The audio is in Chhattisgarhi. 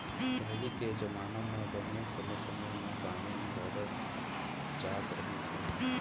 पहिली के जमाना म बने समे समे म पानी बरस जात रहिस हे